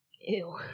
Ew